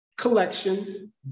Collection